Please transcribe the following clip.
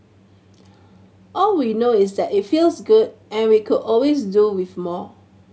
all we know is that it feels good and we could always do with more